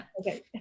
okay